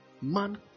man